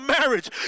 marriage